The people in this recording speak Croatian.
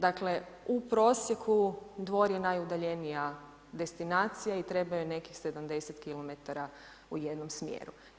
Dakle, u prosjeku, Dvor je najudaljenija destinacija i treba joj nekih 70 kilometara u jednom smjeru.